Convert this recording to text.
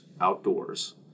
outdoors